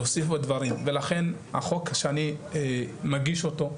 להוסיף עוד דברים ולכן החוק שאני מגיש אותו,